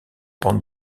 pente